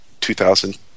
2000